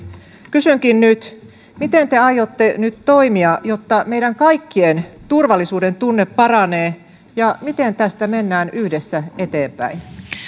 kysynkin nyt miten te aiotte nyt toimia jotta meidän kaikkien turvallisuudentunne paranee ja miten tästä mennään yhdessä eteenpäin